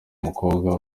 umukobwa